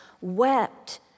wept